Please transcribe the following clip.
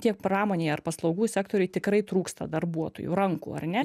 tiek pramonėje ar paslaugų sektoriuj tikrai trūksta darbuotojų rankų ar ne